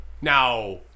Now